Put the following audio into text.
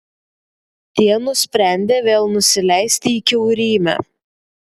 tie nusprendė vėl nusileisti į kiaurymę